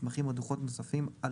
מסמכים או דוחות נוספים על